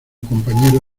compañero